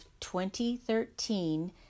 2013